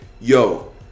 yo